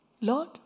Lord